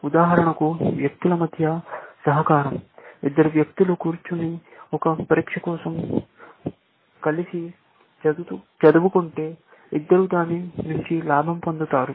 ఉదాహరణకు వ్యక్తుల మధ్య సహకారం ఇద్దరు వ్యక్తులు కూర్చుని ఒక పరీక్ష కోసం కలిసి చదువుకుంటే ఇద్దరు దాని నుంచి లాభం పొందుతారు